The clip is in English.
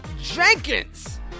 Jenkins